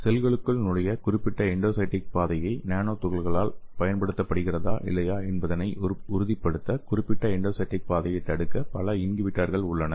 செல்களுக்குள் நுழைய குறிப்பிட்ட எண்டோசைடிக் பாதையை நானோ துகள்களால் பயன்படுத்தப்படுகிறதா இல்லையா என்பதை உறுதிப்படுத்த குறிப்பிட்ட எண்டோசைடிக் பாதையைத் தடுக்க பல இன்ஹிபிடார்கள் உள்ளன